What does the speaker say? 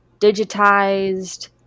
digitized